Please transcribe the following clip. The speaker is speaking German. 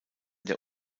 der